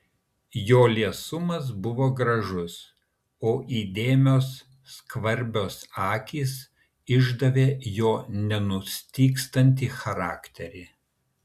jo liesumas buvo gražus o įdėmios skvarbios akys išdavė jo nenustygstantį charakterį